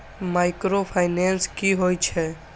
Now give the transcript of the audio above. Micro finance कि होई छै?